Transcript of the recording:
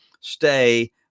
stay